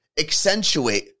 Accentuate